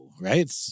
Right